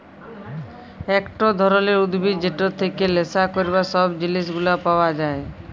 একট ধরলের উদ্ভিদ যেটর থেক্যে লেসা ক্যরবার সব জিলিস গুলা পাওয়া যায়